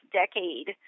decade